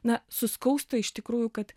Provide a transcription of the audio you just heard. na suskausta iš tikrųjų kad